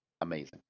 amazing